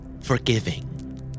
Forgiving